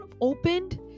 opened